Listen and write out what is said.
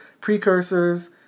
precursors